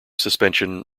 suspension